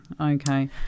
okay